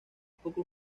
poco